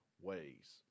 ways